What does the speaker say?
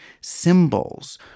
symbols